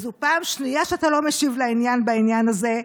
וזו פעם שנייה שאתה לא משיב לעניין בעניין הזה.